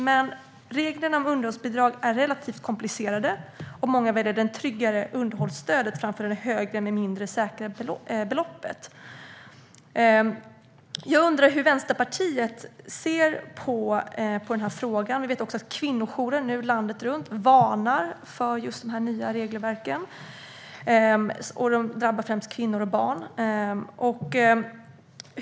Men reglerna om underhållsbidrag är relativt komplicerade, och många väljer det tryggare underhållsstödet framför det högre men mindre säkra beloppet. Jag undrar hur Vänsterpartiet ser på den här frågan. Jag vet att kvinnojourer landet runt varnar för de nya regelverken, då de främst drabbar kvinnor och barn.